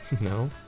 No